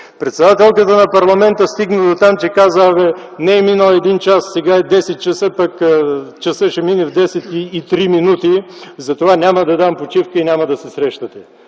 Председателката на парламента стигна дотам, че каза: не е минал един час, сега е 10,00 ч., пък часът ще мине в 10,03 ч., затова няма да дам почивка и няма да се срещате.